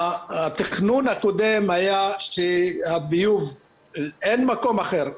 אין מקום אחר.